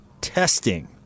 testing